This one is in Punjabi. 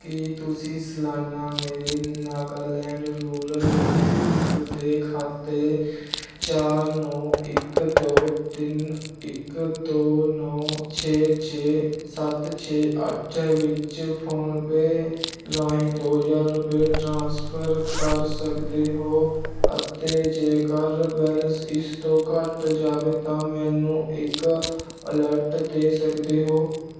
ਕੀ ਤੁਸੀਂ ਸਲਾਨਾ ਮੇਰੇ ਨਾਗਾਲੈਂਡ ਰੂਰਲ ਬੈਂਕ ਦੇ ਖਾਤੇ ਚਾਰ ਨੌਂ ਇੱਕ ਦੋ ਤਿੰਨ ਇੱਕ ਦੋ ਨੌਂ ਛੇ ਛੇ ਸੱਤ ਛੇ ਅੱਠ ਵਿੱਚ ਫ਼ੋਨਪੇ ਰਾਹੀਂ ਦੋ ਹਜ਼ਾਰ ਰੁਪਏ ਟ੍ਰਾਂਸਫਰ ਕਰ ਸਕਦੇ ਹੋ ਅਤੇ ਜੇਕਰ ਬੈਲੇਂਸ ਇਸ ਤੋਂ ਘੱਟ ਜਾਵੇ ਤਾਂ ਮੈਨੂੰ ਇੱਕ ਅਲਰਟ ਦੇ ਸਕਦੇ ਹੋ